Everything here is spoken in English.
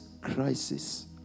crisis